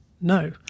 no